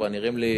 הם כבר נראים לי,